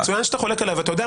מצוין שאתה חולק עליי.